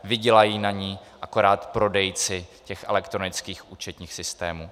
Vydělají na ní akorát prodejci těch elektronických účetních systémů.